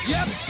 Yes